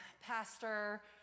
pastor